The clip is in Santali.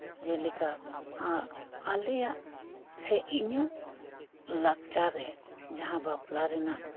ᱡᱮᱞᱮᱠᱟ ᱟᱞᱮᱭᱟᱜ ᱥᱮ ᱤᱧᱟᱹᱜ ᱞᱟᱠᱪᱟᱨᱮ ᱡᱟᱦᱟᱸ ᱵᱟᱯᱞᱟ ᱨᱮᱱᱟᱜ